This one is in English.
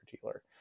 dealer